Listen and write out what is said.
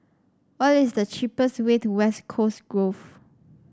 what is the cheapest way to West Coast Grove